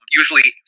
usually